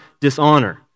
dishonor